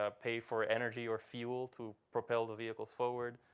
ah pay for energy or fuel to propel the vehicles forward,